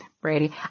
Brady